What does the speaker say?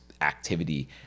activity